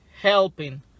helping